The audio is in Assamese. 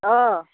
অঁ